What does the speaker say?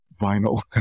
vinyl